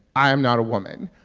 i am not a woman.